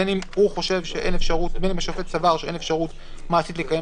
בין אם השופט סבר שאין אפשרות מעשית לקיים